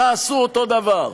תעשו אותו דבר.